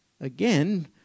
again